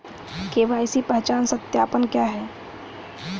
KYC पहचान सत्यापन क्या है?